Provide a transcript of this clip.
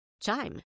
Chime